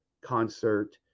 concert